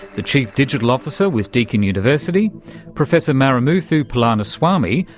the chief digital officer with deakin university professor marimuthu palaniswami,